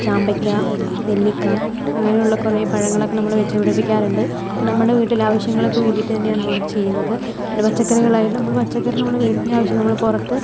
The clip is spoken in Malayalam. ചാമ്പക്ക നെല്ലിക്ക അങ്ങനെയുള്ള കുറേ പഴങ്ങളൊക്കെ നമ്മൾ വച്ചു പിടിപ്പിക്കാറുണ്ട് ഇപ്പോൾ നമ്മുടെ വീട്ടിലെ ആവശ്യങ്ങൾക്ക് വേണ്ടിയിട്ട് തന്നെയാണ് ഇവിടെ ചെയ്യുന്നത് പിന്നെ പച്ചക്കറികൾ ആയാലും നമ്മൾ പച്ചക്കറി നമ്മുടെ വീടിൻ്റെ ആവശ്യത്തിന് നമ്മൾ പുറത്ത്